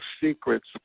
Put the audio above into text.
secrets